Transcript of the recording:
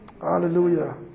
Hallelujah